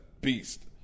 beast